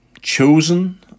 chosen